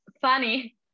Funny